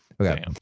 Okay